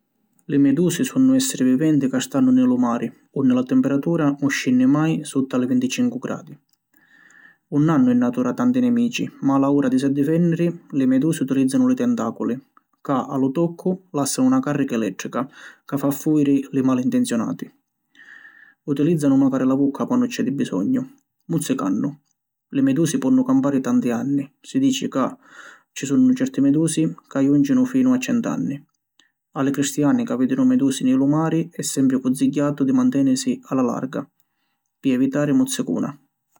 Li medusi sunnu èssiri viventi ca stannu nni lu mari, unni la temperatura ‘un scinni mai sutta li vinticincu gradi. ‘Un hannu in natura tanti nemici ma a la ura di si addifènniri, li medusi, utilìzzanu li tentàculi ca, a lu toccu, làssanu na càrrica elèttrica ca fa fujiri li mali intenzionati. Utilìzzanu macari la vucca quannu c’è di bisognu, muzzicannu. Li medusi ponnu campari tanti anni, si dici ca ci sunnu certi medusi ca jùncinu finu a cent’anni. A li cristiani ca vìdinu medusi nni lu mari è sempri cunsigghiatu di mantenisi a la larga pi evitari muzzicuna.